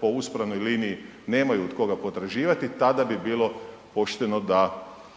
po uspravnoj liniji nemaju od koga potraživati, tada bi bilo pošteno da